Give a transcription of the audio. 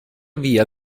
via